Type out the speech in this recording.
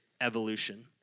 evolution